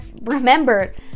remembered